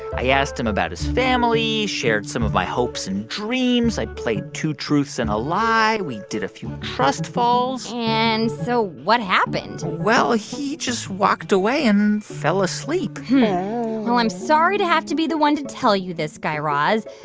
i asked him about his family, shared some of my hopes and dreams. i played two truths and a lie. we did a few trust falls and so what happened? well, he just walked away and fell asleep well, i'm sorry to have to be the one to tell you this, guy raz,